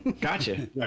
Gotcha